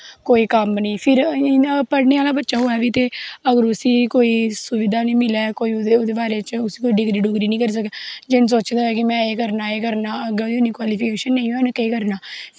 कोई कम्म निं फिर इ'यां पढ़नें आह्ला बच्छा होऐ बी ते अगर उस्सी कोई सुविधा निं मिलै कोई ओह्दै बारै च उस्सी कोई डिग्री डुगरी निं करी सकै जिन्न सोचे दा होऐ में एह् करना एह् करना अग्गें कवालिफिकेशन नेईं होऐ केह् करना